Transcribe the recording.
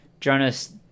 Jonas